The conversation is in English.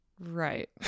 Right